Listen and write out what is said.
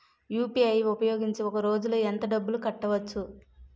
UPI ఉపయోగించి ఒక రోజులో ఎంత డబ్బులు కట్టవచ్చు?